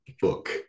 book